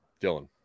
Dylan